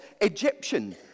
Egyptian